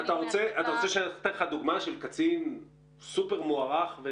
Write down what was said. רוצה שאני אתן לך דוגמה של קצין סופר מוערך?